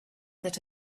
that